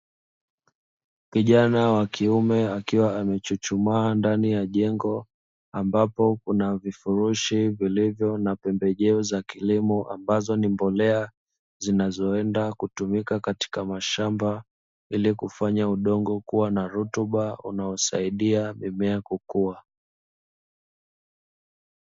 Kijana wa kiume akiwa amechuchumaa ndani ya jengo, ampapo kuna vifurushi vilivyo na pembejeo za kilimo ambazo ni mbolea zinazoenda kutumika katika mashamba, ili kufanya udongo kua na rutuba unaosaidia mimea kukua.